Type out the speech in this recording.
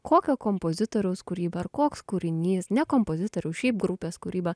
kokio kompozitoriaus kūryba ar koks kūrinys ne kompozitorių šiaip grupės kūryba